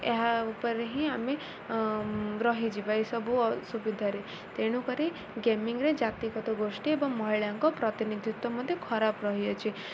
ଏହା ଉପରେ ହିଁ ଆମେ ରହିଯିବା ଏସବୁ ଅସୁବିଧାରେ ତେଣୁ କରି ଗେମିଙ୍ଗରେ ଜାତିଗତ ଗୋଷ୍ଠୀ ଏବଂ ମହିଳାଙ୍କ ପ୍ରତିନିଧିତ୍ୱ ମଧ୍ୟ ଖରାପ ରହିଅଛି